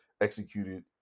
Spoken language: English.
executed